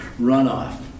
runoff